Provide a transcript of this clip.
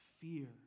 fear